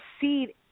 seed